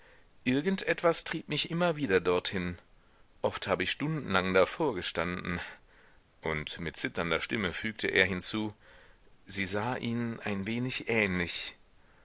etwas trieb mich immer wieder dorthin oft hab ich stundenlang davor gestanden und mit zitternder stimme fügte er hinzu sie sah ihnen ein wenig ähnlich